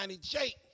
Jake